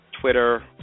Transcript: Twitter